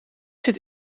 zit